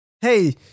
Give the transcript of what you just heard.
Hey